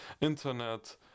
internet